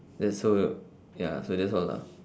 that's so ya so that's all lah